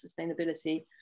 sustainability